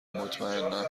مطمئنا